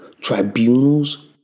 tribunals